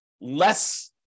less